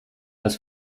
dass